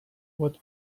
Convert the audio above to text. what